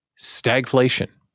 Stagflation